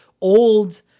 old